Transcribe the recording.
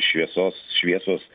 šviesos šviesos